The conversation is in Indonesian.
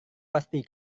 pasti